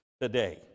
today